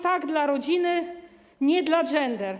Tak dla rodziny, nie dla gender?